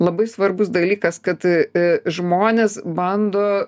labai svarbus dalykas kad a žmonės bando